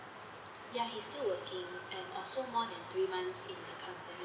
ya he's still working and also more than three months in the company